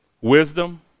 Wisdom